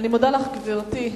אני מודה לך, גברתי.